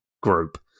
group